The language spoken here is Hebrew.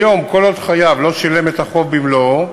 כיום, כל עוד חייב לא שילם את החוב במלואו,